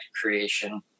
creation